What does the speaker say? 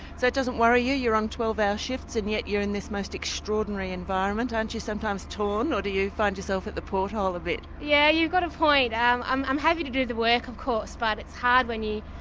so it doesn't worry you. you're on twelve hour shifts and yet you're in this most extraordinary environment. aren't you sometimes torn, or do you find yourself at the porthole a bit? yes, yeah you've got a point. i'm i'm happy to do the work of course, but it's hard when you.